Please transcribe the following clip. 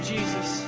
Jesus